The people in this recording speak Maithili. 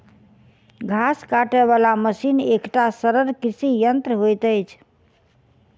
घास काटय बला मशीन एकटा सरल कृषि यंत्र होइत अछि